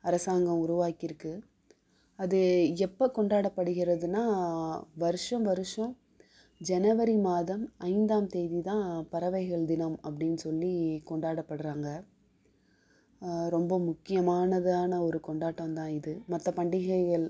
அரசாங்கம் உருவாக்கிருக்கு அது எப்போ கொண்டாடப்படுகிறதுன்னா வருஷம் வருஷம் ஜனவரி மாதம் ஐந்தாம் தேதி தான் பறவைகள் தினம் அப்படின்னு சொல்லி கொண்டாடப்படுறாங்க ரொம்ப முக்கியமானதான ஒரு கொண்டாட்டம் தான் இது மற்ற பண்டிகைகள்